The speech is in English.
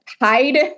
Hide